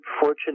fortune